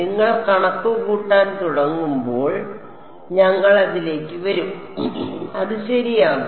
നിങ്ങൾ കണക്കുകൂട്ടാൻ തുടങ്ങുമ്പോൾ ഞങ്ങൾ അതിലേക്ക് വരും അത് ശരിയാകും